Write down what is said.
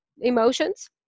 emotions